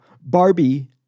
Barbie